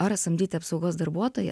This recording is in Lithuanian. ar samdyti apsaugos darbuotoją